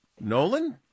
Nolan